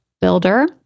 builder